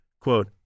Quote